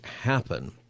happen